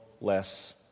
less